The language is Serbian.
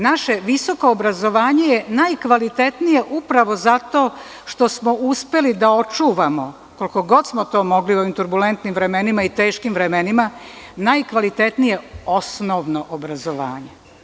Naše visoko obrazovanje je najkvalitetnije upravo zato što smo uspeli da očuvamo koliko smo god mogli u ovim turbulentnim i teškim vremenima, najkvalitetnije osnovno obrazovanje.